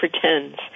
pretends